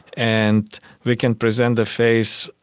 and we can present the face,